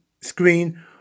screen